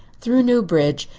through newbridge,